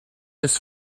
his